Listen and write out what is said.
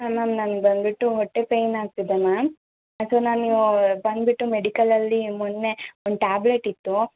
ma'am ನಾನು ಬಂದುಬಿಟ್ಟು ಹೊಟ್ಟೆ ಪೇನ್ ಆಗ್ತಿದೆ ಮ್ಯಾಮ್ ಅದು ನಾನು ಬಂದುಬಿಟ್ಟು ಮೆಡಿಕಲಲ್ಲಿ ಮೊನ್ನೆ ಒಂದು ಟ್ಯಾಬ್ಲೆಟ್ ಇತ್ತು